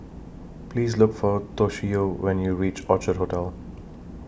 Please Look For Toshio when YOU REACH Orchard Hotel